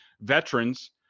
veterans